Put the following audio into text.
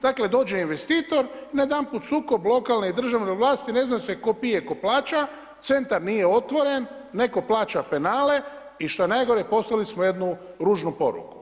Dakle, dođe investitor i najedanput sukob lokalne i državne vlast, ne zna se tko pije, tko plaća, centar nije otvoren, netko plaća penale što je najgore, poslali smo jednu ružnu poruku.